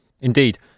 Indeed